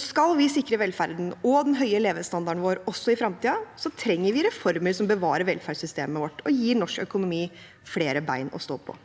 Skal vi sikre velferden og den høye levestandarden vår også i fremtiden, trenger vi reformer som bevarer velferdssystemet vårt og gir norsk økonomi flere bein å stå på.